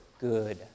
good